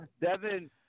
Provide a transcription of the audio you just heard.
Devin